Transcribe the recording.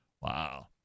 Wow